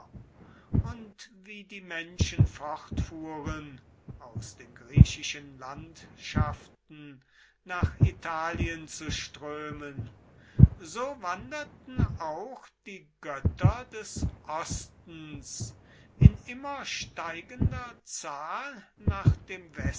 und wie die menschen fortfuhren aus den griechischen landschaften nach italien zu strömen so wanderten auch die götter des ostens in immer steigender zahl nach dem